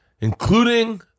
including